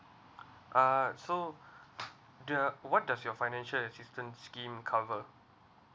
uh so the what does your financial assistance scheme cover